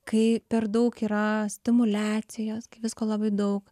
kai per daug yra stimuliacijos kai visko labai daug